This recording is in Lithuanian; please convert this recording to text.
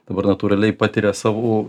dabar natūraliai patiria savų